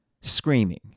Screaming